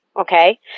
Okay